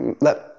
let